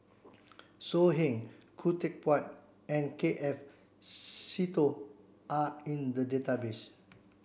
So Heng Khoo Teck Puat and K F Seetoh are in the database